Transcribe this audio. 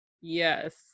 yes